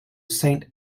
saint